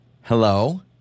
Hello